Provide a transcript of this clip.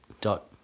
dot